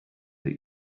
that